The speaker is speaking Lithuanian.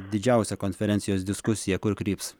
didžiausia konferencijos diskusija kur kryps